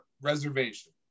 Reservation